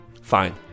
Fine